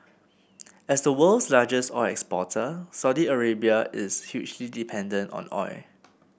as the world's largest oil exporter Saudi Arabia is hugely dependent on oil